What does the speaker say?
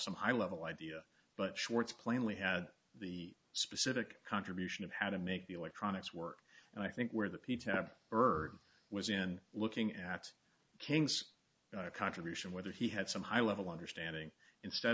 some high level idea but schwartz plainly had the specific contribution of how to make the electronics work and i think where the pizza bird was in looking at king's contribution whether he had some high level understanding instead